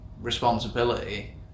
responsibility